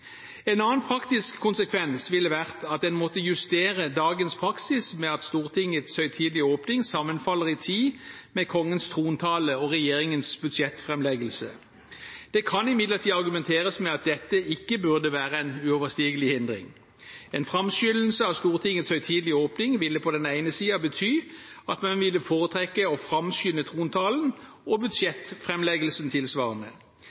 En annen praktisk konsekvens ville vært at man måtte justere dagens praksis med at Stortingets høytidelige åpning sammenfaller i tid med Kongens trontale og regjeringens budsjettframleggelse. Det kan imidlertid argumenteres med at dette ikke burde være en uoverstigelig hindring. En framskyndelse av Stortingets høytidelige åpning ville på den ene siden bety at man ville foretrekke å framskynde trontalen og budsjettframleggelsen tilsvarende.